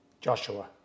Joshua